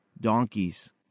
donkeys